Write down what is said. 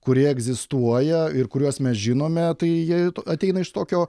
kurie egzistuoja ir kuriuos mes žinome tai jie ateina iš tokio